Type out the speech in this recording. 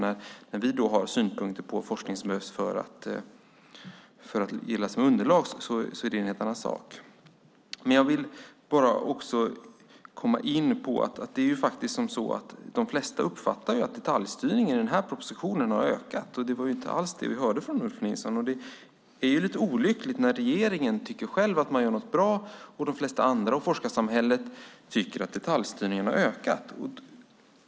När vi har synpunkter på forskning som behövs för att gillas som underlag är det en helt annan sak. De flesta uppfattar att detaljstyrningen i denna proposition har ökat. Det var inte alls det vi hörde från Ulf Nilsson. Det är olyckligt när regeringen tycker att man har gjort något bra men de flesta andra och forskarsamhället tycker att detaljstyrningen har ökat.